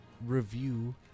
review